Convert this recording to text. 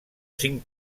cinc